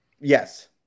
Yes